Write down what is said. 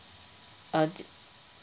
uh